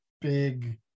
big